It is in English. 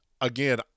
Again